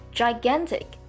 ，gigantic，